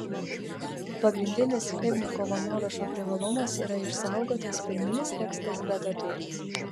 pagrindinis chlebnikovo nuorašo privalumas yra išsaugotas pirminis tekstas be datų